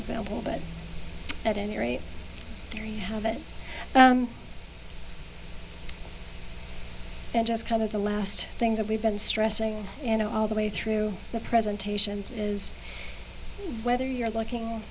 example but at any rate there you have it just kind of the last thing that we've been stressing you know all the way through the presentations is whether you're looking